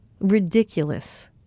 ridiculous